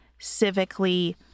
civically